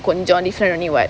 கொஞ்சம்:konjam different anywhere